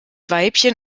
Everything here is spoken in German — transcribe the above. weibchen